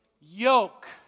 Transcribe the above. yoke